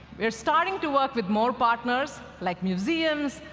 we're starting to work with more partners, like museums,